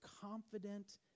confident